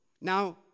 Now